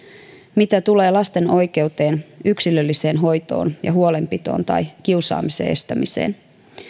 mitä tulee lasten oikeuteen yksilölliseen hoitoon ja huolenpitoon tai kiusaamisen estämiseen niin